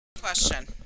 Question